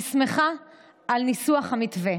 אני שמחה על ניסוח המתווה